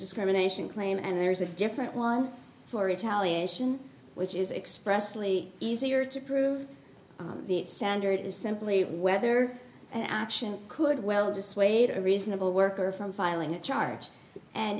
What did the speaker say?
discrimination claim and there's a different one for retaliation which is expressly easier to prove the standard is simply whether an action could well dissuade a reasonable worker from filing a charge and